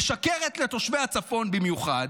משקרת לתושבי הצפון במיוחד,